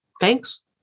Thanks